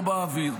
לא באוויר,